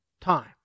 time